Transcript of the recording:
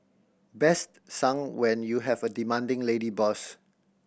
best sung when you have a demanding lady boss